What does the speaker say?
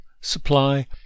supply